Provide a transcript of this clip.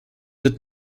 did